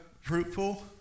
fruitful